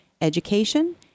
education